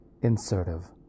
insertive